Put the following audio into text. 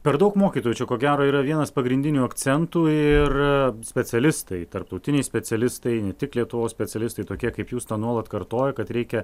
per daug mokytojų čia ko gero yra vienas pagrindinių akcentų ir specialistai tarptautiniai specialistai ne tik lietuvos specialistai tokie kaip jūs tą nuolat kartoja kad reikia